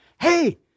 hey